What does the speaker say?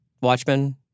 Watchmen